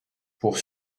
pour